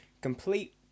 Complete